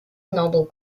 noble